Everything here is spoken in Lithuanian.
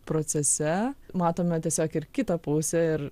procese matome tiesiog ir kitą pusę ir